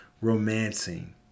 romancing